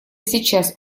сейчас